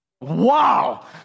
Wow